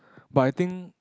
but I think